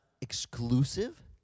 exclusive